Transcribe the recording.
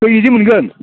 खै केजि मोनगोन